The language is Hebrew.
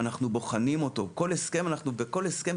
בנוסף,